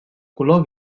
color